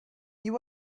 you